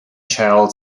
child